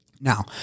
Now